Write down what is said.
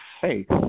faith